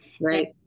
Right